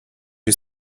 you